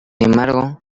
embargo